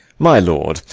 my lord,